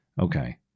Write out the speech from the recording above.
Okay